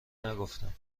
نگفتم